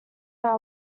our